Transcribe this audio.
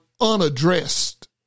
unaddressed